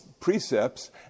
precepts